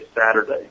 Saturday